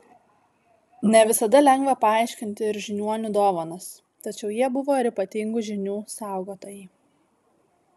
ne visada lengva paaiškinti ir žiniuonių dovanas tačiau jie buvo ir ypatingų žinių saugotojai